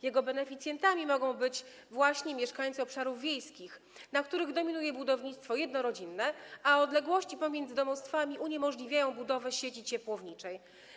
Jego beneficjentami mogą być właśnie mieszkańcy obszarów wiejskich, na których dominuje budownictwo jednorodzinne, a odległości pomiędzy domostwami uniemożliwiają budowę sieci ciepłowniczej.